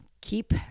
keep